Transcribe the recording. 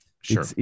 Sure